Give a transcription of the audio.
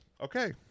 Okay